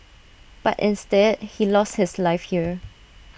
but instead he lost his life here